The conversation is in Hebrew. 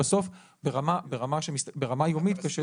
ובסוף ברמה יומית קשה לראות.